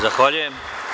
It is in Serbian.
Zahvaljujem.